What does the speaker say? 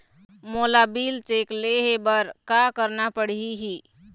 मोला bill check ले हे बर का करना पड़ही ही?